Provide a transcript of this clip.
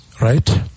Right